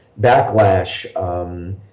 backlash